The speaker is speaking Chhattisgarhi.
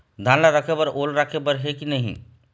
धान ला रखे बर ओल राखे बर हे कि नई?